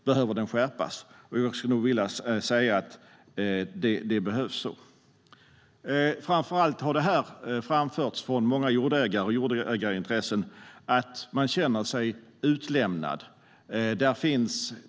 Behöver den skärpas? Jag skulle nog vilja säga att det behövs. Framför allt har det framförts från många jordägare och jordägarintressen att man känner sig utlämnad.